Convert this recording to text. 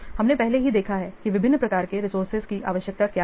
हमने पहले ही देखा है कि विभिन्न प्रकार के रिसोर्सेज की आवश्यकता क्या है